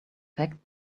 fact